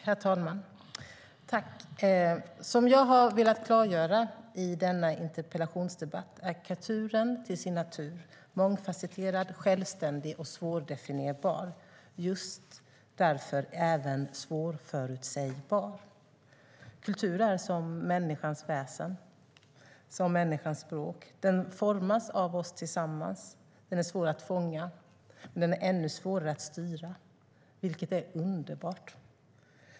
Herr talman! I denna interpellationsdebatt har jag velat klargöra att kulturen är till sin natur mångfasetterad, självständig och svårdefinierbar och just därför även svårförutsägbar. Kultur är som människans väsen, som människans språk. Den formas av oss tillsammans. Den är svår att fånga men ännu svårare att styra, vilket är underbart.